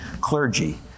clergy